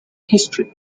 history